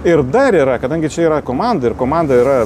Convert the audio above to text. ir dar yra kadangi čia yra komanda ir komanda yra